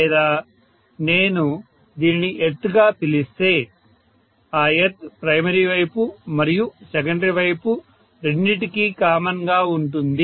లేదా నేను దీనిని ఎర్త్ గా పిలిస్తే ఆ ఎర్త్ ప్రైమరీ వైపు మరియు సెకండరీ వైపు రెండింటికీ కామన్ గా ఉంటుంది